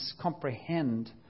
comprehend